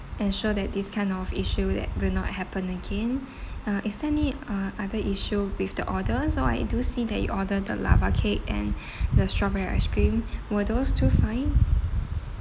ensure that this kind of issue that will not happen again uh is there any uh other issue with the order so I do see that you ordered the lava cake and the strawberry ice cream were those two fine